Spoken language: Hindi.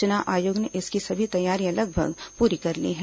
चुनाव आयोग ने इसकी सभी तैयारियां लगभग पूरी कर ली हैं